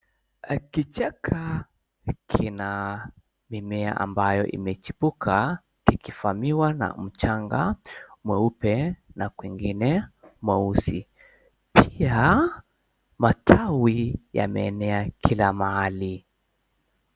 Kichaka kina mimea ambayo kimechipuka kikifamiwa na mchanga mweupe na kwengine mweusi pia matawi yameenea kila mahali.